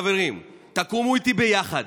חברים: תקומו איתי ביחד,